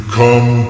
come